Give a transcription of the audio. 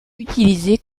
utilisé